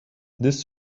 this